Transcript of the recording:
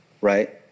right